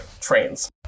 trains